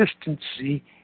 consistency